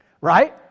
Right